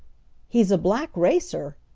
he's a black racer!